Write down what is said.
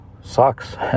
sucks